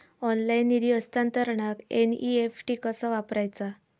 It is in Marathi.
ऑनलाइन निधी हस्तांतरणाक एन.ई.एफ.टी कसा वापरायचा?